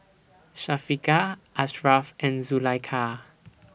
Syafiqah Ashraf and Zulaikha